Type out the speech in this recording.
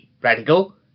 Practical